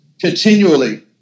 continually